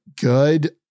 good